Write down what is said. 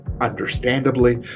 Understandably